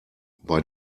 bei